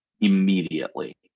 immediately